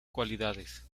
cualidades